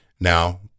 Now